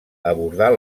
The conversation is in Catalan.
abordar